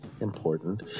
important